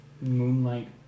moonlight